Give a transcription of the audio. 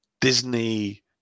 Disney